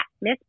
Miss